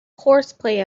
horseplay